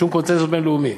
בשום קונסנזוס בין-לאומי.